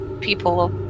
People